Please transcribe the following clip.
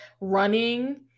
running